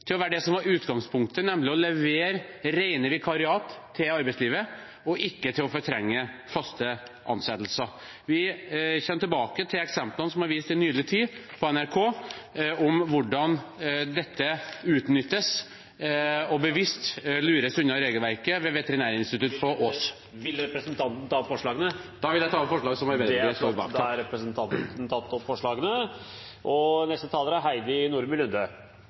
til å være det som var utgangspunktet, nemlig å levere rene vikariater til arbeidslivet og ikke fortrenge faste ansettelser. Vi kommer tilbake til eksemplene – som nylig er vist på NRK – på hvordan dette utnyttes og bevisst lures unna regelverket ved Veterinærinstituttet på Ås. Vil representanten ta opp forslag? Jeg vil ta opp de forslagene som Arbeiderpartiet og Sosialistisk Venstreparti står bak. Representanten Arild Grande har da tatt opp de forslagene han refererte til. Det er